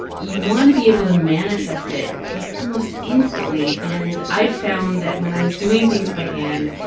you want to be able to manifest it like almost instantly. and i found that when i was doing things by hand,